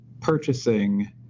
purchasing